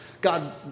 God